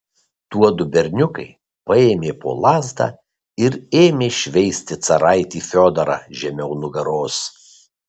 tuodu berniukai paėmė po lazdą ir ėmė šveisti caraitį fiodorą žemiau nugaros